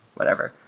whatever.